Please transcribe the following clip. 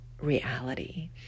reality